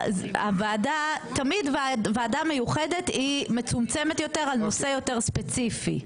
תמיד ועדה מיוחדת היא מצומצמת יותר על נושא יותר ספציפי.